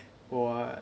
我 ah